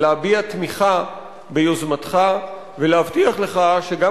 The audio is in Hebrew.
להביע תמיכה ביוזמתך ולהבטיח לך שגם